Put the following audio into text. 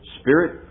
Spirit